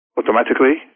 automatically